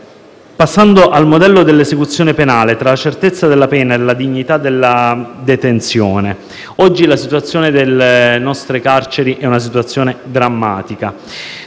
Passando al modello dell'esecuzione penale, tra la certezza della pena e la dignità della detenzione, oggi la situazione delle nostre carceri è drammatica.